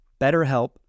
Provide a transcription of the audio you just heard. BetterHelp